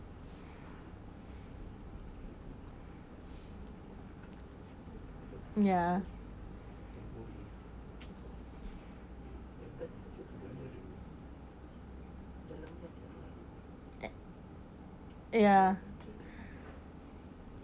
ya ya